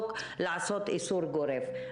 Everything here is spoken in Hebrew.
אני מסיימת.